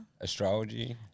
astrology